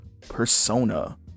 persona